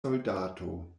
soldato